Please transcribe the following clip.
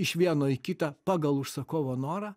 iš vieno į kitą pagal užsakovo norą